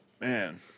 Man